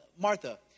Martha